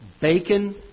Bacon